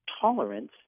tolerance